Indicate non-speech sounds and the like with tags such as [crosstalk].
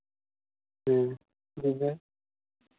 ᱦᱮᱸ [unintelligible]